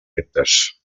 reptes